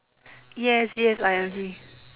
yes yes I agree